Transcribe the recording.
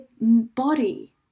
body